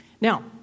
Now